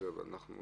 אתם